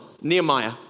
Nehemiah